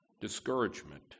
discouragement